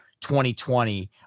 2020